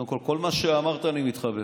קודם כול, כל מה שאמרת, אני מתחבר.